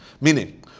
Meaning